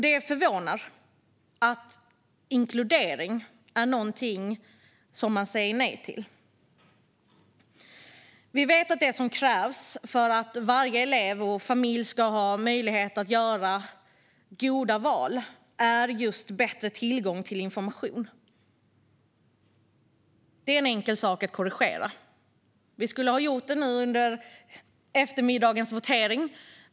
Det är förvånande att inkludering är något man säger nej till. Vi vet att det som krävs för att varje elev och familj ska ha möjlighet att göra goda val är just bättre tillgång till information. Det är en enkel sak att korrigera. Vi skulle ha gjort det under eftermiddagens votering.